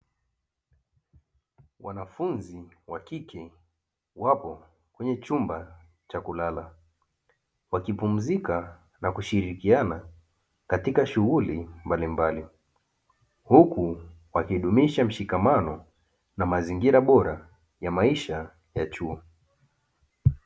Wanafunzi wakike wapo kwenye chumba cha kulala, wakipumzika na kushirikiana katika shughuli mbalimbali huku wakidumisha mshikamano na mazingira bora ya maisha ya chuo.